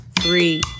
Three